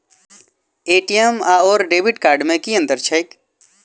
ATM आओर debit card मे की अंतर छैक?